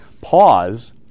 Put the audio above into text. pause